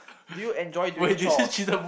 do you enjoy doing chores